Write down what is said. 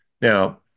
Now